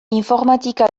informatika